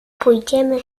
pójdziemy